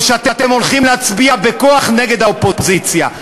או שאתם הולכים להצביע בכוח נגד האופוזיציה?